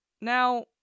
Now